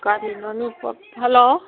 hello